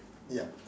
ya